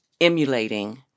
emulating